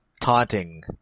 taunting